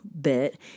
bit